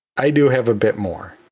i do have a bit more.